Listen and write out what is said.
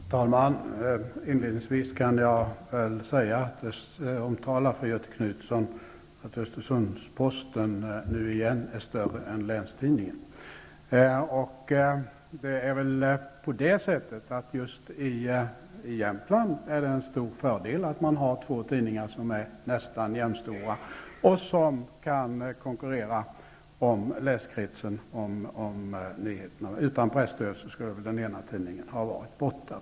Herr talman! Inledningsvis kan jag säga till Göthe Knutson att Östersunds-Posten nu åter är större än Just i Jämtland är det en stor fördel att man har två tidningar som är nästan jämstora och som med nyheterna kan konkurrera om läsekretsen. Utan presstöd skulle den ena tidningen ha varit borta.